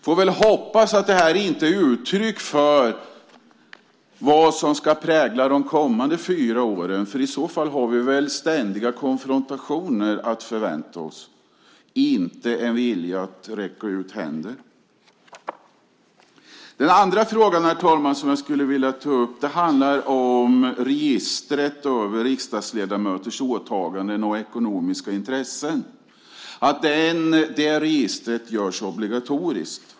Jag får hoppas att det inte är ett uttryck för vad som kommer att prägla de kommande fyra åren, för i så fall har vi nog ständiga konfrontationer att vänta i stället för en vilja att räcka ut handen. Den andra frågan som jag skulle vilja ta upp, herr talman, gäller registret över riksdagsledamöters åtaganden och ekonomiska intressen.